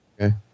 Okay